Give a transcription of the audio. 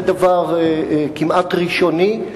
זה דבר כמעט ראשוני.